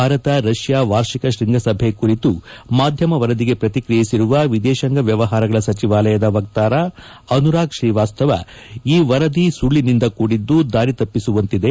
ಭಾರತ ರಷ್ಯಾ ವಾರ್ಷಿಕ ಶೃಂಗಸಭೆ ಕುರಿತು ಮಾಧ್ಯಮ ವರದಿಗೆ ಪ್ರತಿಕ್ರಿಯಿಸಿರುವ ವಿದೇಶಾಂಗ ವ್ಯವಹಾರಗಳ ಸಚಿವಾಲಯದ ವಕ್ತಾರ ಅನುರಾಗ್ ಶ್ರೀವಾಸ್ತವ ಈ ವರದಿ ಸುಳ್ಳನಿಂದ ಕೂಡಿದ್ದು ದಾರಿತಪ್ಪಿಸುವಂತಿದೆ